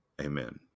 Amen